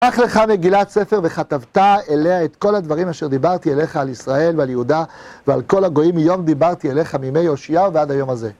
קח לך מגילת ספר וכתבת אליה את כל הדברים אשר דיברתי אליך על ישראל ועל יהודה ועל כל הגויים מיום דיברתי אליך מימי יאשיהו ועד היום הזה.